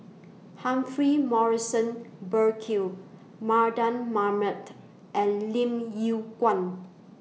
Humphrey Morrison Burkill Mardan Mamat and Lim Yew Kuan